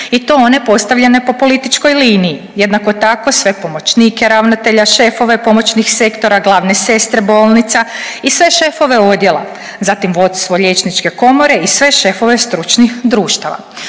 i to one postavljene po političkoj liniji. Jednako tako sve pomoćnike ravnatelja, šefove pomoćnih sektora, glavne sestre bolnica i sve šefove odjela. Zatim vodstvo Liječničke komore i sve šefova stručnih društava.